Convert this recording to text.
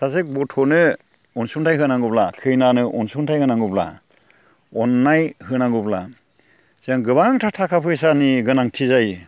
सासे गथ'नो अनसुंथाइ होनांगौब्ला खैनानो अनसुंथाइ होनांगौब्ला अननाय होनांगौब्ला जों गोबांथार थाखा फैसानि गोनांथि जायो